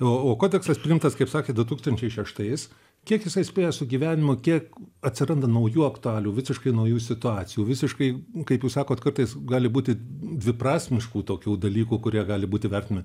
o o kodeksas priimtas kaip sakėt du tūkstančiai šeštais kiek jisai spėja su gyvenimu kiek atsiranda naujų aktualijų visiškai naujų situacijų visiškai kaip jūs sakot kartais gali būti dviprasmiškų tokių dalykų kurie gali būti vertmi